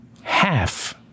half